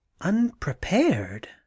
unprepared